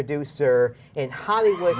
producer in hollywood